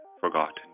forgotten